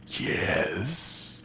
Yes